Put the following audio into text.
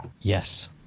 yes